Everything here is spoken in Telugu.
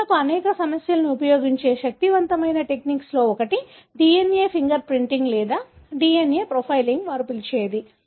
ప్రజలు అనేక సమస్యలకు ఉపయోగించే శక్తివంతమైన టెక్నిక్లలో ఒకటి DNA ఫింగర్ ప్రింటింగ్ లేదా DNA ప్రొఫైలింగ్ వారు పిలిచేది